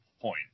point